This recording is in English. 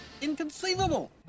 Inconceivable